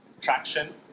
traction